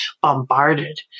bombarded